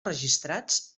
registrats